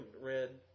red